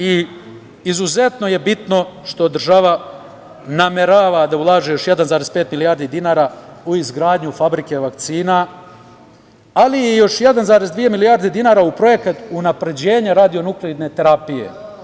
Izuzetno je bitno što država namerava da ulaže još 1,5 milijardi dinara u izgradnju fabrike vakcina, ali i još 1,2 milijardi dinara u projekat unapređenja radionukleidne terapije.